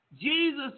Jesus